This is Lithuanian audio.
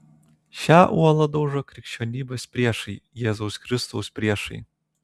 šią uolą daužo krikščionybės priešai jėzaus kristaus priešai